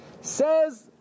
Says